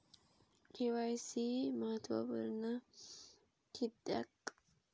KYC महत्त्वपुर्ण किद्याक?